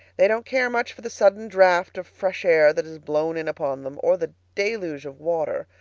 they don't care much for the sudden draft of fresh air that has blown in upon them, or the deluge of water.